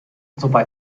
sobald